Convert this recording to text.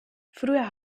früher